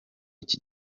iki